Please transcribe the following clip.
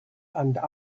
and